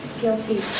guilty